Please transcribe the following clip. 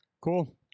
Cool